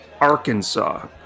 Arkansas